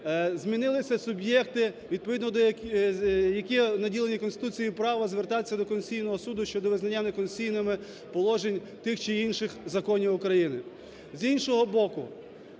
змінилися суб'єкти, відповідно до…, які наділені Конституцією і правом звертатися до Конституційного Суду щодо визнання неконституційними положень тих чи інших законів України.